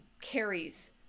carries